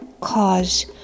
cause